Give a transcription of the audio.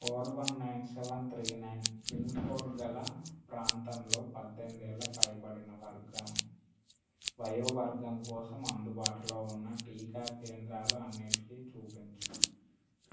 four one nine seven three nine pincode గల ప్రాంతంలో పద్దెనిమిదేళ్ళ పైబడిన వర్గం వయోవర్గం కోసం అందుబాటులో ఉన్న టీకా కేంద్రాలు అన్నిటినీ చూపించు